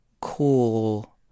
cool